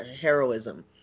heroism